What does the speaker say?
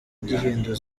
gihindura